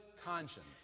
conscience